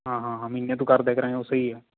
ਹਾਂ ਹਾਂ ਹਾਂ ਮਹੀਨੇ ਤੋਂ ਕਰ ਦਿਆ ਕਰਾਂਗੇ ਉਹ ਸਹੀ ਹੈ